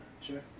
sure